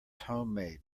homemade